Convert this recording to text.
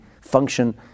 function